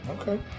Okay